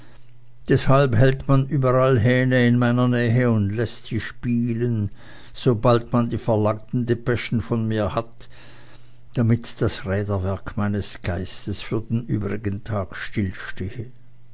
deshalb hält man überall hähne in meiner nähe und läßt sie spielen sobald man die verlangten depeschen von mir hat damit das räderwerk meines geistes für den übrigen tag stillstehe